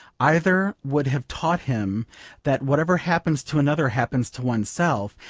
either would have taught him that whatever happens to another happens to oneself,